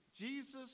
Jesus